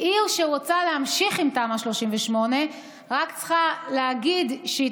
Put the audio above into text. כי עיר שרוצה להמשיך עם תמ"א 38 רק צריכה להגיד שהיא